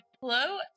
Hello